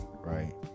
right